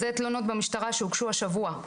אלה תלונות במשטרה שהוגשו השבוע: